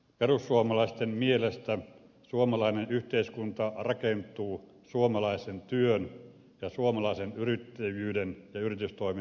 perussuomalaisten mielestä suomalainen yhteiskunta rakentuu suomalaisen työn ja suomalaisen yrittäjyyden ja yritystoiminnan varaan